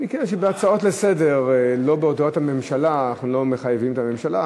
מכיוון שבהצעות לסדר-היום אנחנו לא מחייבים את הממשלה.